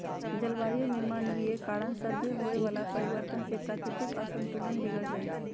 जलवायु में मानवीय कारण सभसे होए वला परिवर्तन से प्राकृतिक असंतुलन बिगर जाइ छइ